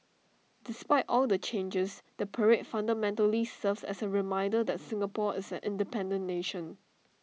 despite all the changes the parade fundamentally serves as A reminder that Singapore is an independent nation